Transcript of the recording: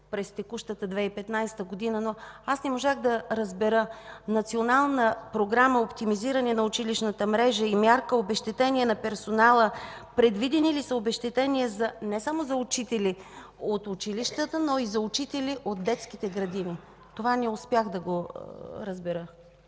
през текущата 2015 г., но не можах да разбера Национална програма „Оптимизиране на училищната мрежа” и мярка „Обезщетение на персонала” предвидени ли са обезщетения не само за учители от училищата, но и за учители от детските градини? Това не успях да разбера.